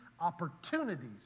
opportunities